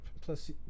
Plus